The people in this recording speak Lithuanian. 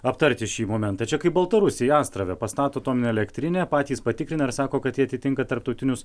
aptarti šį momentą čia kai baltarusija astrave pastato atominę elektrinę patys patikrina ir sako kad jie atitinka tarptautinius